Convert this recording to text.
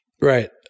Right